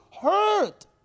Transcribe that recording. hurt